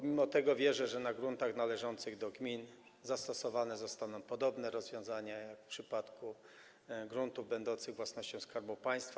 Mimo to wierzę, że na gruntach należących do gmin zastosowane zostaną podobne rozwiązania jak w przypadku gruntów będących własnością Skarbu Państwa.